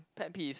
pet peeves